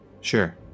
Sure